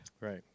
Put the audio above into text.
Right